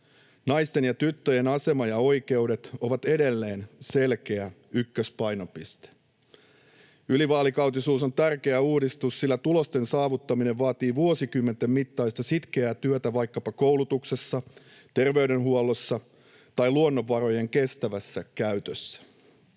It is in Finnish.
Naisten ja tyttöjen asema ja oikeudet ovat edelleen selkeä ykköspainopiste. Ylivaalikautisuus on tärkeä uudistus, sillä tulosten saavuttaminen vaatii vuosikymmenten mittaista sitkeää työtä vaikkapa koulutuksessa, terveydenhuollossa tai luonnonvarojen kestävässä käytössä.